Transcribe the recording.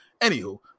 Anywho